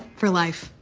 for life.